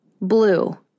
blue